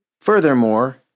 Furthermore